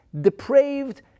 depraved